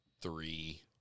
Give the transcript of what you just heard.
three